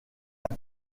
lac